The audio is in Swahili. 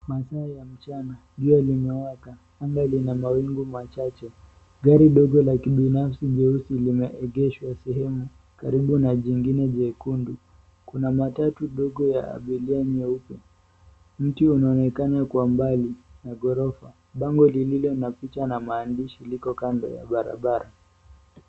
Masaa ya mchana. Jua limewaka. Anga lina mawingu machache. Gari ndogo la kibinafsi jeusi limeengeshwa sehemu, karibu na jingine jekundu. Kuna matatu ndogo ya abiria nyeupe. Mti unaonekana kwa mbali na ghorofa. Bango lililo na picha na maandishi liko kando ya barabara.